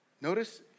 Notice